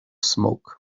smoke